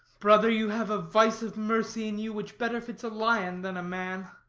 brother, you have a vice of mercy in you which better fits a lion than a man.